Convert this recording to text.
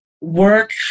work